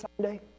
Sunday